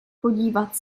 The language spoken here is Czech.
podívat